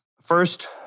First